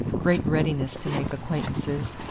great readiness to make acquaintances,